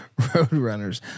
Roadrunners